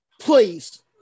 please